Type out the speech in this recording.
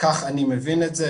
כך אני מבין את זה,